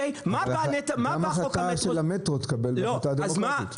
מה בא חוק המטרו --- אבל גם ההחלטה של המטרו תתקבל בהחלטה דמוקרטית.